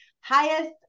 highest